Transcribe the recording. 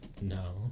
no